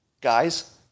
Guys